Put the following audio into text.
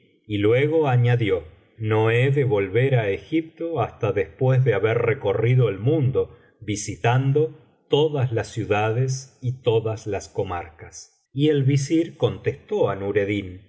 y luego añadió no he de volver á egipto hasta después de biblioteca valenciana generalitat valenciana historia del visir nureddin haber recorrido el mundo visitando todas las ciudades y todas las comarcas y el visir contestó á nureddin